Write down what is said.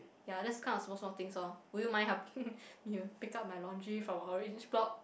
ya this kind of small small things oh would you mind helping you pick up my laundry from orange's block